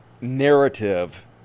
narrative